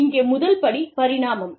இங்கே முதல் படி பரிணாமம்